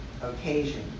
occasion